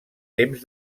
temps